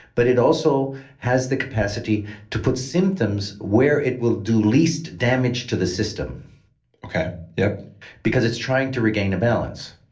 but it also has the capacity to put symptoms where it will do least damage to the system okay. yep because it's trying to regain a balance.